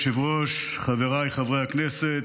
אדוני היושב-ראש, חבריי חברי הכנסת,